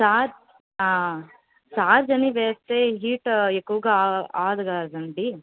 charge charge అని వేస్తే heat ఎక్కువగా అవ్వదు కదండీ